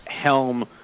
helm